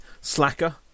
Slacker